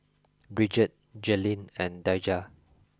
Bridgette Jaylynn and Daija